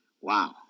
Wow